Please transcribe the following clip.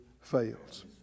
fails